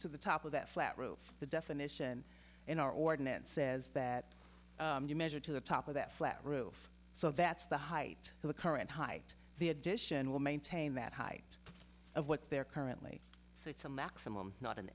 to the top of that flat roof the definition in our ordinance says that you measure to the top of that flat roof so that's the height of the current high the addition will maintain that height of what's there currently so it's a maximum not an